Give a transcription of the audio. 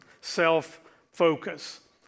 self-focus